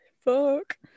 Fuck